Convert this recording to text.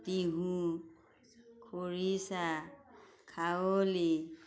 টিহু খৰিছা খাৰলী